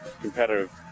competitive